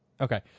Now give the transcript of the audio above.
Okay